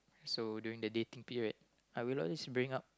so during the dating period I will also bring up